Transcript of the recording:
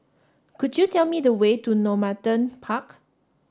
could you tell me the way to Normanton Park